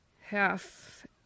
half